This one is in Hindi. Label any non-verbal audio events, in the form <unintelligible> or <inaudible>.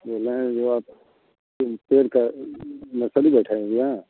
बोल रहे हैं ये आप पेड़ का नर्सरी <unintelligible>